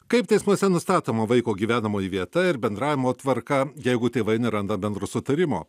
kaip teismuose nustatoma vaiko gyvenamoji vieta ir bendravimo tvarka jeigu tėvai neranda bendro sutarimo